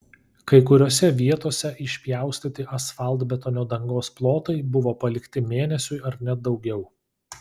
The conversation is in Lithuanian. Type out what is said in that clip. kai kuriose vietose išpjaustyti asfaltbetonio dangos plotai buvo palikti mėnesiui ar net daugiau